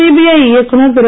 CBI இயக்குனர் திரு